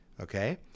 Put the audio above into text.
Okay